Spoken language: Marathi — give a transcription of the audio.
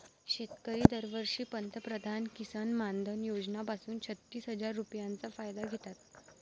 शेतकरी दरवर्षी पंतप्रधान किसन मानधन योजना पासून छत्तीस हजार रुपयांचा फायदा घेतात